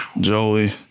Joey